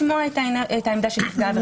תקנות פה לוקחות ארבע שנים לפעמים.